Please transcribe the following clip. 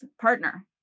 partner